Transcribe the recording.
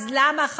אז למה,